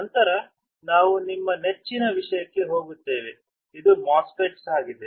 ನಂತರ ನಾವು ನಮ್ಮ ನೆಚ್ಚಿನ ವಿಷಯಕ್ಕೆ ಹೋಗುತ್ತೇವೆ ಇದು ಮೊಸ್ಫೆಟ್ ಆಗಿದೆ